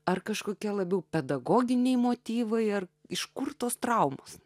ar kažkokia labiau pedagoginiai motyvai ar iš kur tos traumos